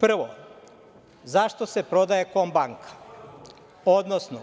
Prvo, zašto se prodaje „Kombanka“, odnosno